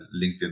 LinkedIn